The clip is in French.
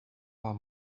pas